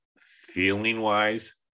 feeling-wise